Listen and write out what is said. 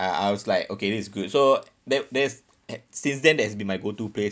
I I was like okay this is good so that that is uh since then that's been my go to place